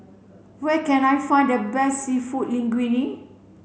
where can I find the best Seafood Linguine